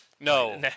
No